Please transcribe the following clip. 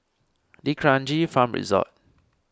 D'Kranji Farm Resort